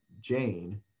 Jane